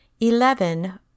Eleven